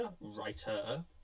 Writer